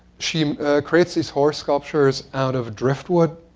she creates these horse sculptures out of driftwood,